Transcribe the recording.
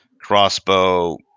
crossbow